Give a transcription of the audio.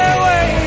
away